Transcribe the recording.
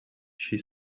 she